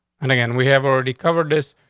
and again, we have already covered this.